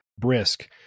brisk